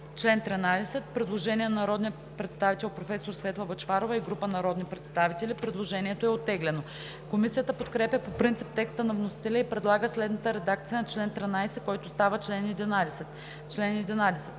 чл. 13 има предложение на народния представител професор Светла Бъчварова и група народни представители. Предложението е оттеглено. Комисията подкрепя по принцип текста на вносителя и предлага следната редакция на чл. 13, който става чл. 11: „Чл. 11.